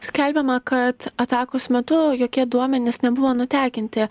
skelbiama kad atakos metu jokie duomenys nebuvo nutekinti